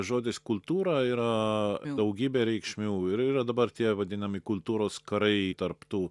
žodis kultūra yra daugybė reikšmių ir yra dabar tie vadinami kultūros karai tarp tų